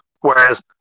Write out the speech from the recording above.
Whereas